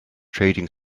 trading